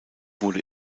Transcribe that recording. wurde